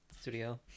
studio